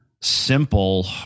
simple